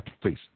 please